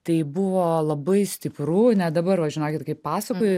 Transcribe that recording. tai buvo labai stipru net dabar va žinokit kai pasakoju